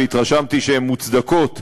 והתרשמתי שהן מוצדקות,